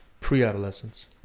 pre-adolescence